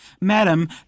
Madam